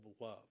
love